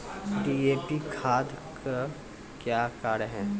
DAP खाद का क्या कार्य हैं?